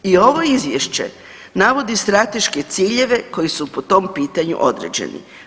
I ovo izvješće navodi strateške ciljeve koji su po tom pitanju određeni.